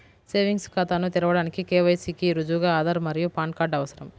savings ఖాతాను తెరవడానికి KYC కి రుజువుగా ఆధార్ మరియు పాన్ కార్డ్ అవసరం